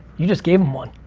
you just gave them one.